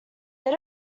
they